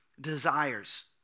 desires